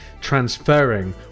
transferring